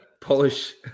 Polish